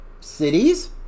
cities